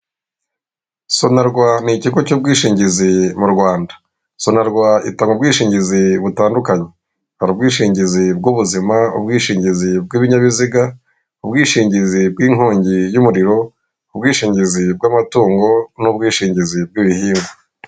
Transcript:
SONARWA ni ikigo cy'ubwishingizi m'u Rwanda. SONARWA itanga ubwishingizi butandukanye, hari: Ubwishingizi bw'ubuzima, ubwishingizi bw'ibinyabiziga, ubwishingizi bw'inkongi y'umuriro, bwishingizi bw'amatungo n'ubwishingizi bw'ibihingwa.